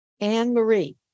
Anne-Marie